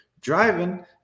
driving